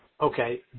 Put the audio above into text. Okay